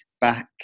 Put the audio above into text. back